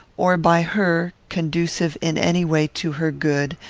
or by her, conducive, in any way, to her good,